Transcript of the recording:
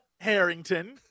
Harrington